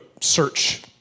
search